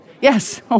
Yes